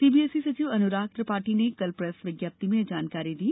CBSE सचिव अनुराग त्रिपाठी ने कल प्रेस विज्ञप्ति में यह जानकारी दी